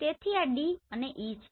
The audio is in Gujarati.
તેથી આ D અને E છે